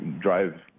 drive